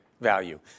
value